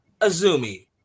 Azumi